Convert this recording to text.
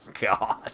God